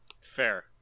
Fair